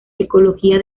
ecología